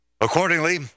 Accordingly